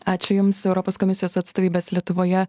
ačiū jums europos komisijos atstovybės lietuvoje